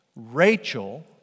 Rachel